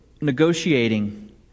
negotiating